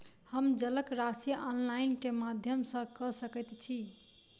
हम जलक राशि ऑनलाइन केँ माध्यम सँ कऽ सकैत छी?